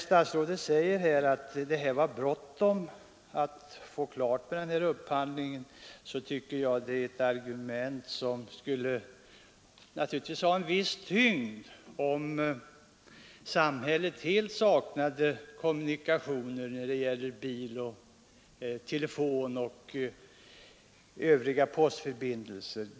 Statsrådet säger att det var bråttom att få klart med upphandlingen. Det argumentet kunde naturligtvis ha en viss tyngd om samhället helt hade saknat sådana kommunikationer som bil, telefon och post.